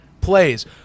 plays